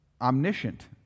omniscient